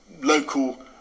local